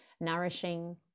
nourishing